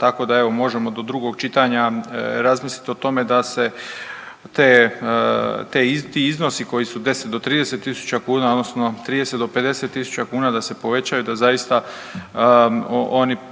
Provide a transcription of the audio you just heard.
Tako da evo možemo do drugog čitanja razmislit o tome da se te, ti iznosi koji su od 10 do 30 tisuća kuna odnosno 30 do 50 tisuća kuna da se povećaju da zaista one budu